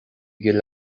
gcill